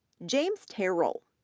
james terrell,